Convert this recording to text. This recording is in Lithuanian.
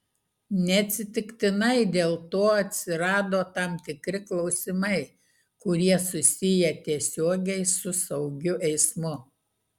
neatsitiktinai dėl to atsirado tam tikri klausimai kurie susiję tiesiogiai su saugiu eismu